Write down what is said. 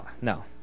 no